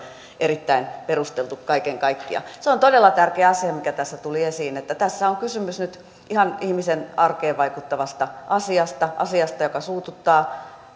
erittäin perusteltu kaiken kaikkiaan se on todella tärkeä asia mikä tässä tuli esiin että tässä on kysymys nyt ihan ihmisen arkeen vaikuttavasta asiasta asiasta joka suututtaa